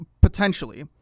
potentially